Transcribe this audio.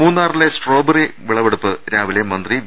മൂന്നാറിലെ സ്ട്രോബറി വിളവെടുപ്പ് രാവിലെ മന്ത്രി വി